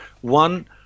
One